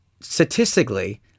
Statistically